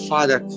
Father